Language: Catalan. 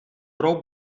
brou